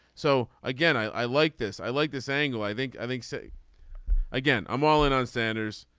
so again i i like this. i like this angle i think. i think say again. i'm all in on sanders.